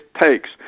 takes